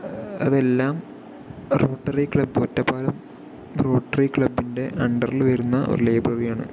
അതെല്ലാം club Ottapalam Rotary ക്ലബിൻ്റെ അണ്ടറില് വരുന്ന ഒരു ലൈബ്രറിയാണ്